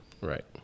Right